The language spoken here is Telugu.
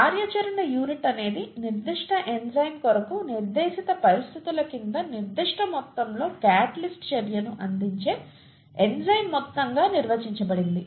కార్యాచరణ యూనిట్ అనేది నిర్దిష్ట ఎంజైమ్ కొరకు నిర్దేశిత పరిస్థితుల కింద నిర్దిష్ట మొత్తంలో క్యాటలిస్ట్ చర్యను అందించే ఎంజైమ్ మొత్తంగా నిర్వచించబడింది